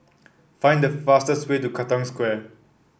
find the fastest way to Katong Square